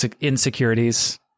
insecurities